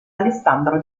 alessandro